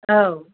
औ